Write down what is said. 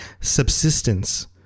subsistence